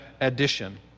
addition